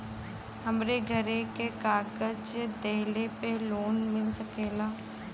हमरे घरे के कागज दहिले पे लोन मिल सकेला?